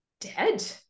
dead